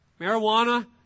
marijuana